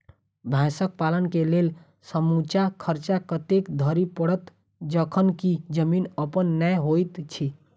भैंसक पालन केँ लेल समूचा खर्चा कतेक धरि पड़त? जखन की जमीन अप्पन नै होइत छी